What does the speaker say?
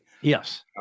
Yes